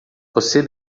você